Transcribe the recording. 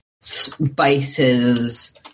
spices